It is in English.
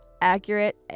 accurate